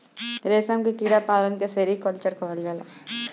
रेशम के कीड़ा पालन के सेरीकल्चर कहल जाला